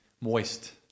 moist